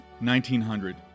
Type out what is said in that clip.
1900